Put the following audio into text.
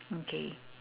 okay